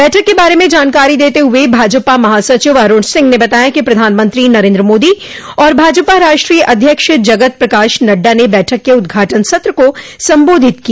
बैठक के बारे में जानकारी देते हुए भाजपा महासचिव अरूण सिंह ने बताया कि प्रधानंत्री नरेन्द्र मोदी और भाजपा राष्ट्रीय अध्यक्ष जगत प्रकाश नड्डा ने बैठक के उदघाटन सत्र को संबोधित किया